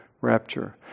rapture